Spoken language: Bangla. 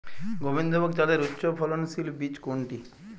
গোবিন্দভোগ চালের উচ্চফলনশীল বীজ কোনটি?